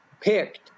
picked